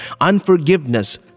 Unforgiveness